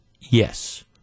yes